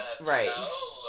right